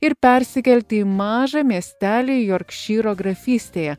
ir persikelti į mažą miestelį jorkšyro grafystėje